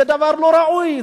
זה דבר לא ראוי,